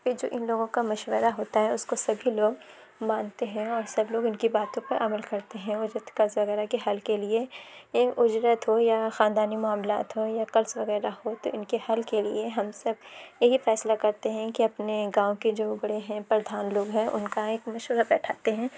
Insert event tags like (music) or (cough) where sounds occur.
پھر جو اِن لوگوں کا مشورہ ہوتا ہے اُس کو سبھی لوگ مانتے ہیں اور سب لوگ اِن کی باتوں پر عمل کرتے ہیں اور جب تک کے (unintelligible) کے حل کے لیے اُجرت ہو یا خاندانی معاملات ہوں یا قرض وغیرہ ہو تو اُن کے حل کے لیے ہم سب یہی فیصلہ کرتے ہیں کہ اپنے گاؤں کے جو بڑے ہیں پردھان لوگ ہیں اُن کا ایک مشورہ بیٹھاتے ہیں